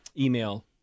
email